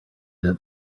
that